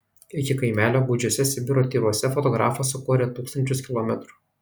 iki kaimelio gūdžiuose sibiro tyruose fotografas sukorė tūkstančius kilometrų